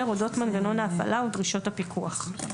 אודות מנגנון ההפעלה ודרישות הפיקוח.